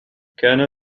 كان